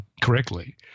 correctly